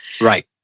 Right